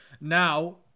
now